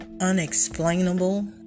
unexplainable